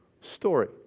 story